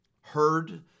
heard